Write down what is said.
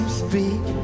speak